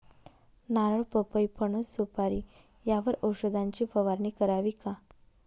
नारळ, पपई, फणस, सुपारी यावर औषधाची फवारणी करावी का?